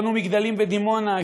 בנו מגדלים בדימונה,